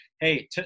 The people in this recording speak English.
Hey